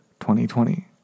2020